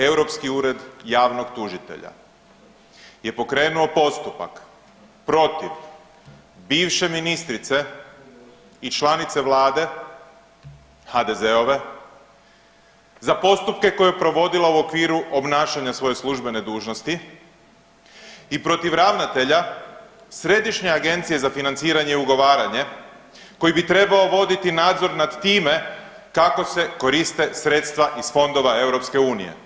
Europski ured javnog tužitelja je pokrenuo postupak protiv bivše ministrice i članice vlade HDZ-ove za postupke koje je provodila u okviru obnašanja svoje službene dužnosti i protiv ravnatelja Središnje agencije za financiranje i ugovaranje koji bi trebao voditi nadzor nad time kako se koriste sredstva iz fondova EU.